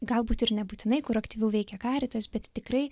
galbūt ir nebūtinai kur aktyviau veikia karitas bet tikrai